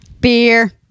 Beer